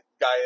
guy